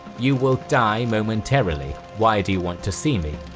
you will die momentarily. why do you want to see me?